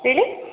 ಹೇಳಿ